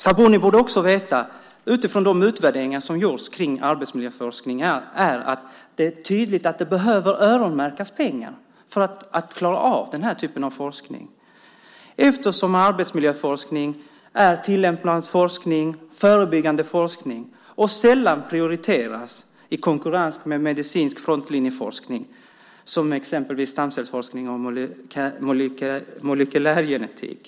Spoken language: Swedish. Sabuni borde också, utifrån de utvärderingar som gjorts kring arbetsmiljöforskning, veta att det är tydligt att pengar behöver öronmärkas för att man ska klara av den här typen av forskning eftersom arbetsmiljöforskning är tillämpningsforskning och förebyggande forskning och sällan prioriteras i konkurrens med medicinsk frontlinjeforskning som exempelvis stamcellsforskning och molekylärgenetik.